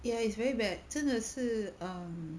ya it's very bad 真的是 um